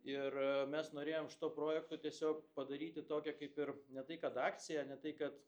ir mes norėjom šituo projektu tiesiog padaryti tokią kaip ir ne tai kad akciją ne tai kad